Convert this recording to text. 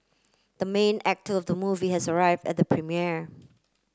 the main actor of the movie has arrived at the premiere